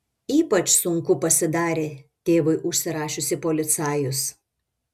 ypač sunku pasidarė tėvui užsirašius į policajus